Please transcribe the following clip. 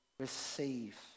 Receive